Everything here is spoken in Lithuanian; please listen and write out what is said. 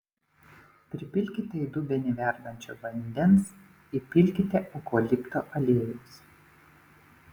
pripilkite į dubenį verdančio vandens įpilkite eukalipto aliejaus